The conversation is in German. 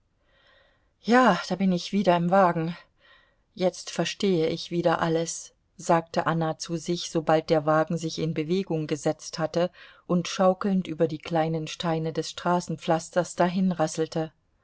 ja da bin ich wieder im wagen jetzt verstehe ich wieder alles sagte anna zu sich sobald der wagen sich in bewegung gesetzt hatte und schaukelnd über die kleinen steine des straßenpflasters